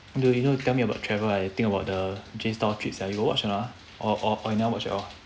dude you know you tell me about travel I think about the J-style trip sia you got watch or not ah or or or you never watch at all